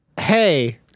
Hey